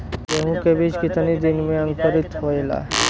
गेहूँ के बिज कितना दिन में अंकुरित होखेला?